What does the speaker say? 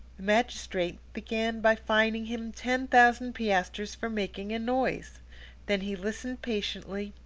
magistrate began by fining him ten thousand piastres for making a noise then he listened patiently,